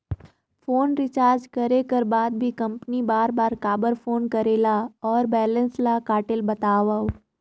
Phone recharge करे कर बाद भी कंपनी बार बार काबर फोन करेला और बैलेंस ल काटेल बतावव?